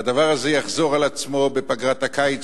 והדבר הזה יחזור על עצמו בפגרת הקיץ,